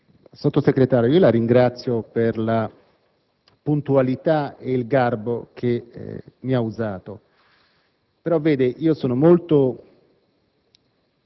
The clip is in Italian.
Sottosegretario, io la ringrazio per la puntualità e il garbo che ha usato, però, vede, sono molto